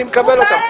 אני מקבל אותן.